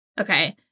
Okay